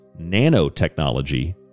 nanotechnology